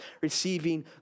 receiving